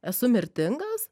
esu mirtingas